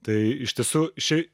tai iš tiesų ši